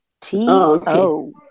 T-O